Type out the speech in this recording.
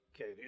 okay